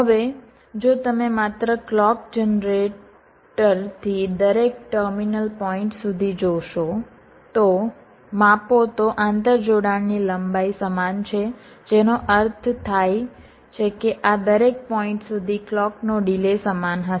હવે જો તમે માત્ર ક્લૉક જનરેટર થી દરેક ટર્મિનલ પોઈન્ટ સુધી જોશો તો માપો તો આંતરજોડાણની લંબાઈ સમાન છે જેનો અર્થ થાય છે કે આ દરેક પોઈન્ટ સુધી ક્લૉકનો ડિલે સમાન હશે